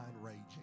raging